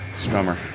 strummer